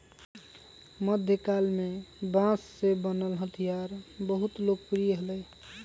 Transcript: मध्यकाल में बांस से बनल हथियार बहुत लोकप्रिय हलय